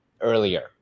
earlier